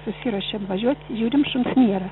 susiruošėm važiuot žiūrim šuns nėra